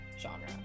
genre